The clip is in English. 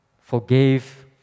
forgave